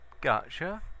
Gotcha